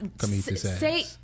say